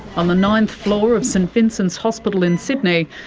on the ninth floor of st vincent's hospital in sydney,